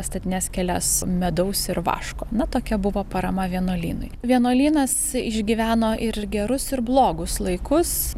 statines kelias medaus ir vaško na tokia buvo parama vienuolynui vienuolynas išgyveno ir gerus ir blogus laikus